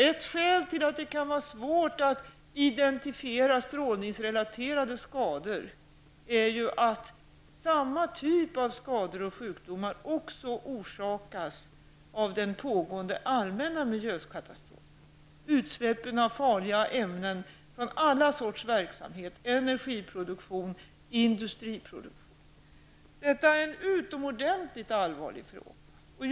Ett skäl till att det kan vara svårt att identifiera strålningsrelaterade skador är ju att samma typ av skador och sjukdomar också orsakas av den pågående allmänna miljökatastrofen -- utsläppen av farliga ämnen från alla sorters verksamhet, energiproduktion och industriproduktion. Detta är en utomordentligt allvarlig fråga.